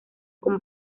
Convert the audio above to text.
como